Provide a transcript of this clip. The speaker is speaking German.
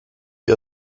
ihr